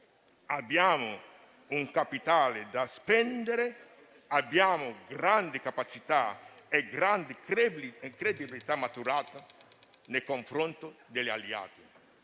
Abbiamo un capitale da spendere, grandi capacità e una grande credibilità maturata nei confronti degli alleati.